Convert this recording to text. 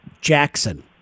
Jackson